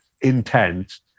intense